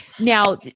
Now